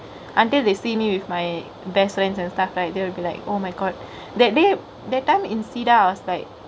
until they see me with my best friends and stuff right they'll be like oh my god that day that time in cedar I was like